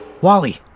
Wally